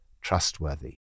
trustworthy